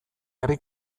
herri